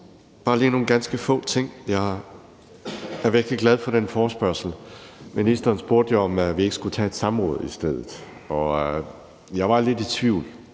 bare lige nogle ganske få ting. Jeg er virkelig glad for denne forespørgsel. Ministeren spurgte jo, om ikke vi skulle tage et samråd i stedet, og jeg var lidt i tvivl.